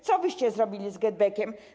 Co wyście zrobili z GetBackiem?